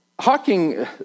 Hawking